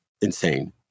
insane